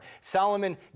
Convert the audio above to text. Solomon